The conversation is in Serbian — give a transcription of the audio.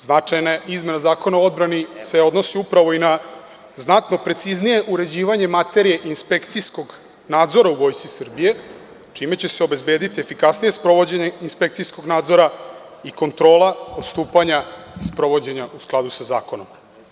Značajna je izmena Zakona o odbrani koja se odnosi na znatno preciznije uređivanje materije inspekcijskog nadzora u Vojsci Srbije, čime će se obezbediti efikasnije sprovođenje inspekcijskog nadzora i kontrola postupanja sprovođenja u skladu sa zakonom.